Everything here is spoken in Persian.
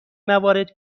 موارد